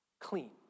clean